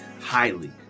highly